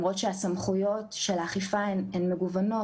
כי זה לא מדויק מה שאתה אומר.